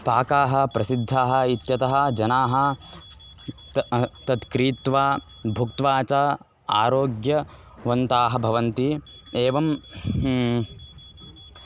पाकाः प्रसिद्धाः इत्यतः जनाः त तत् क्रीत्वा भुक्त्वा च आरोग्यवन्तः भवन्ति एवं